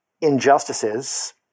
injustices